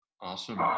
Awesome